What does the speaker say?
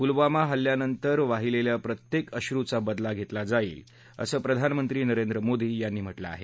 पलवामा हल्ल्यानंतर वाहिलेल्या प्रत्येक अश्रुचा बदला घेतला जाईल असं प्रधानमंत्री नरेंद्र मोदी यांनी म्हटलं आहे